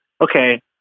okay